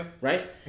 right